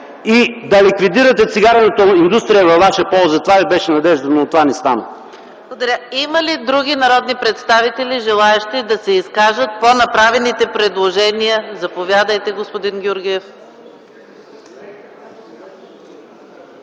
и да ликвидирате цигарената индустрия във ваша полза. Това ви беше надеждата, но това не стана.